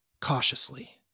cautiously